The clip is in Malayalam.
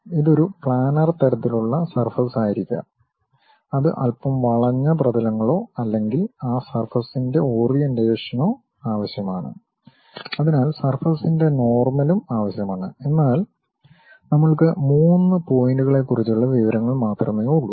ഇത് ഒരു പ്ലാനാർ തരത്തിലുള്ള സർഫസ് ആയിരിക്കാം അത് അല്പം വളഞ്ഞ പ്രതലങ്ങളോ അല്ലെങ്കിൽ ആ സർഫസ്ന്റെ ഓറിയന്റേഷനോ ആവശ്യമാണ് അതിനാൽസർഫസിൻ്റെ നോർമലും ആവശ്യമാണ്എന്നാൽ നമ്മൾക്ക് മൂന്ന് പോയിന്റുകളെക്കുറിച്ചുള്ള വിവരങ്ങൾ മാത്രമേ ഉള്ളൂ